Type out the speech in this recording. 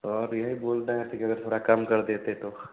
और नहीं बोलते हैं कि जोनो थोड़ा कम कर देते तो